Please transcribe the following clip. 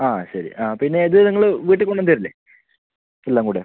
ആ ശരി ആ പിന്നെ ഇത് നിങ്ങള് വീട്ടിൽ കൊണ്ടത്തരില്ലെ എല്ലാം കൂടെ